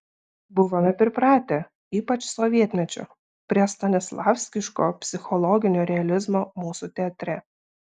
buvome pripratę ypač sovietmečiu prie stanislavskiško psichologinio realizmo mūsų teatre